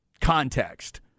context